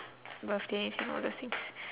birthdays